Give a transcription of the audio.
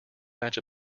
batch